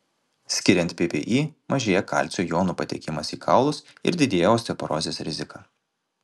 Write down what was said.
skiriant ppi mažėja kalcio jonų patekimas į kaulus ir didėja osteoporozės rizika